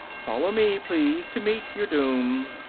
follow me, please, to meet your doom.